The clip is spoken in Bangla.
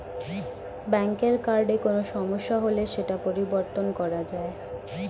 ব্যাঙ্কের কার্ডে কোনো সমস্যা হলে সেটা পরিবর্তন করা যায়